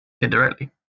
Indirectly